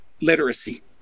literacy